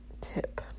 tip